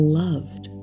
loved